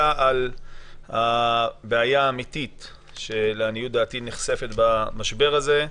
על הבעיה האמיתית שלעניות דעתי נחשפת במשבר הזה,